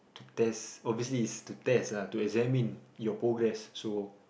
to test obviously is to test lah to examine your progress so